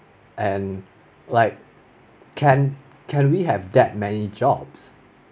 and like can can we have that many jobs